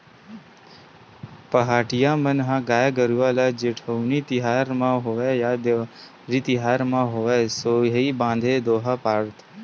पहाटिया मन ह गाय गरुवा ल जेठउनी तिहार म होवय या देवारी तिहार म होवय सोहई बांधथे दोहा पारत